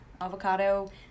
avocado